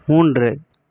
மூன்று